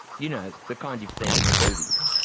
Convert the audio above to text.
you know, the kind you've seen in the movies.